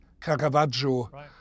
Caravaggio